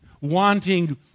wanting